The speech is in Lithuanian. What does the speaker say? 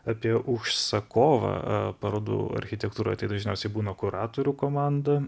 apie užsakovą a parodų architektūroj dažniausiai būna kuratorių komanda